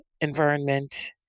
environment